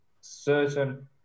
certain